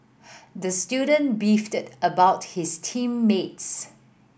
the student beefed about his team mates